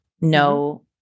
no